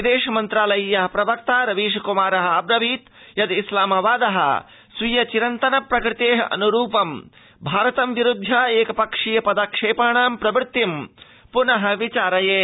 विदेश मन्त्रालयीय प्रवक्ता रवीश क्मार अब्रवीत् यत् इस्लामाबादः स्वीय चिरन्तन प्रकृते अन्रूपम् भारतं विरुध्य एकपक्षीय पदक्षेपाणाम प्रवृतिं प्नर्विचारयेत